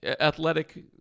athletic